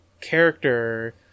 character